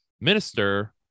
minister